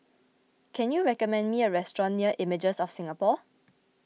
can you recommend me a restaurant near Images of Singapore